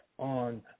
on